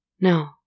No